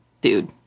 dude